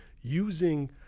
using